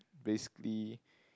basically